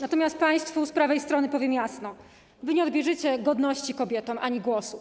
Natomiast państwu z prawej strony powiem jasno: wy nie odbierzecie godności kobietom ani głosu.